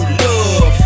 love